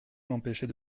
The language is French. m’empêcher